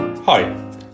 Hi